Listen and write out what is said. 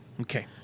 Okay